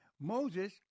Moses